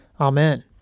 Amen